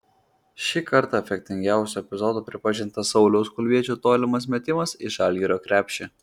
šį kartą efektingiausiu epizodu pripažintas sauliaus kulviečio tolimas metimas į žalgirio krepšį